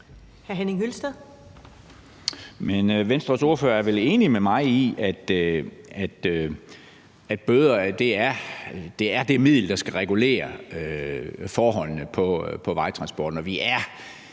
Men Venstres ordfører er vel enig med mig i, at bøder er det middel, der skal regulere forholdene for vejtransporten.